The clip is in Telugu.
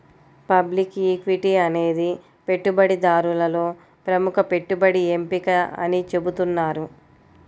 పబ్లిక్ ఈక్విటీ అనేది పెట్టుబడిదారులలో ప్రముఖ పెట్టుబడి ఎంపిక అని చెబుతున్నారు